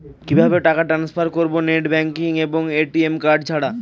কিভাবে টাকা টান্সফার করব নেট ব্যাংকিং এবং এ.টি.এম কার্ড ছাড়া?